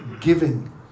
giving